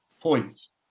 points